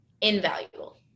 invaluable